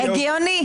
הגיוני.